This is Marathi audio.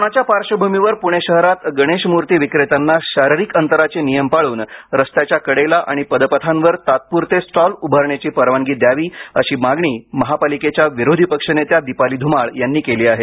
कोरोनाच्या पार्श्वभूमीवर पुणे शहरात गणेशमूर्ती विक्रेत्यांना शारीरिक अंतराचे नियम पाळून रस्त्याच्या कडेला आणि पदपथांवर तात्पुरते स्टॉल उभारण्याची परवानगी द्यावी अशी मागणी महापालिकेच्या विरोधी पक्षनेत्या दिपाली ध्रमाळ यांनी केली आहे